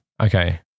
Okay